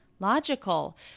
Logical